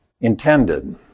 intended